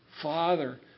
Father